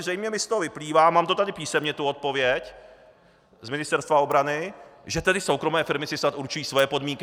Zřejmě mi z toho vyplývá, mám tady písemně odpověď z Ministerstva obrany, že soukromé firmy si snad určují svoje podmínky.